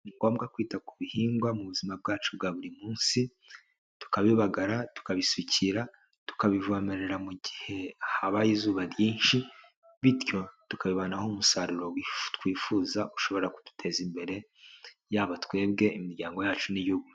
Ni ngombwa kwita ku bihingwa mu buzima bwacu bwa buri munsi tukabibagara, tukabisukira, tukabivomerera mu gihe habaye izuba ryinshi bityo tukabivanaho umusaruro twifuza ushobora kuduteza imbere yaba twebwe, imiryango yacu n'igihugu.